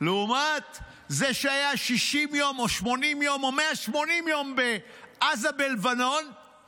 לעומת זה שהיה 60 יום או 80 יום או 180 יום בעזה או בלבנון,